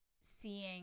seeing